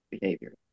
behavior